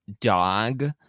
dog